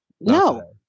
no